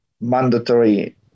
mandatory